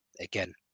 again